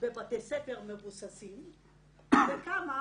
בבתי ספר מבוססים, וכמה